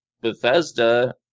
Bethesda